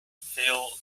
feel